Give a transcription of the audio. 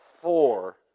four